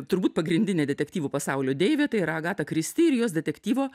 turbūt pagrindinė detektyvų pasaulio deivė tai yra agata kristi ir jos detektyvo